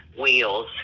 wheels